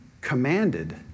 commanded